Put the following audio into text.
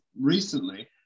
recently